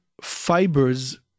fibers